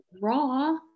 raw